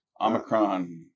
Omicron